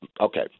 Okay